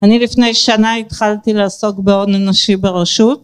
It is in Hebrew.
אני לפני שנה התחלתי לעסוק בהון אנושי ברשות